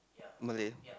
Malay